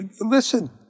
Listen